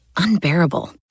unbearable